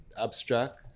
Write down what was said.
abstract